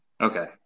okay